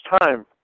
time